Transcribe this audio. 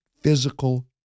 physical